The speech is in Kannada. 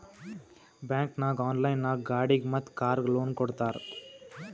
ಬ್ಯಾಂಕ್ ನಾಗ್ ಆನ್ಲೈನ್ ನಾಗ್ ಗಾಡಿಗ್ ಮತ್ ಕಾರ್ಗ್ ಲೋನ್ ಕೊಡ್ತಾರ್